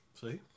see